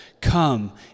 come